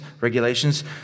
regulations